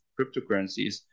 cryptocurrencies